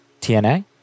TNA